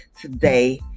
today